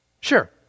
Sure